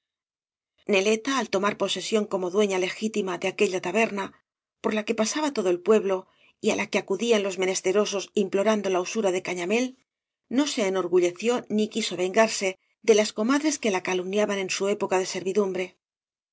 neleta al tomar posesión como dueña legítima de aquella taberna por la que pasaba todo el pueblo y á la que acudían los menesterosos implorando la usura de cañamél no se enorgulleció ni quiso vengarse de las comadres que la calumniaban en su época de servidumbre